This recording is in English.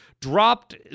dropped